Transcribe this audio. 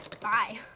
Bye